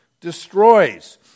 destroys